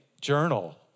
journal